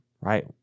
right